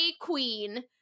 queen